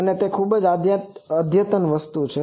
આ એક ખૂબ જ આધુનિક વસ્તુ છે